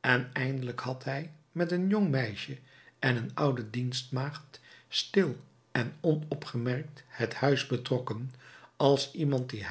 en eindelijk had hij met een jong meisje en een oude dienstmaagd stil en onopgemerkt het huis betrokken als iemand die